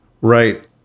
right